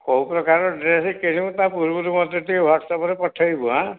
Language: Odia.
କେଉଁ ପ୍ରକାର ଡ୍ରେସ୍ କିଣିବୁ ତା ପୂର୍ବରୁ ମୋତେ ଟିକିଏ ହ୍ଵାଟ୍ସଆପ୍ରେ ପଠାଇବୁ ହାଁ